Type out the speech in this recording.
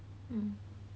mm